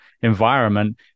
environment